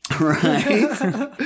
Right